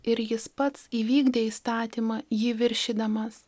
ir jis pats įvykdė įstatymą jį viršydamas